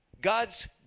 God's